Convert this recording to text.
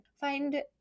find